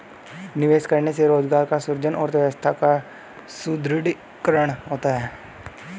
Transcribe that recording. निवेश करने से रोजगार का सृजन और अर्थव्यवस्था का सुदृढ़ीकरण होता है